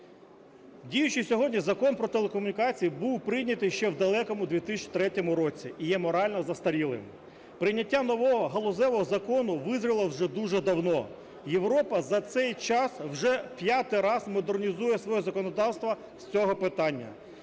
Діючий сьогодні Закон "Про телекомунікації" був прийнятий ще в далекому 2003 році і є морально застарілим. Прийняття нового галузевого закону визріло вже дуже давно. Європа за цей час вже п'ятий раз модернізує своє законодавство з цього питання.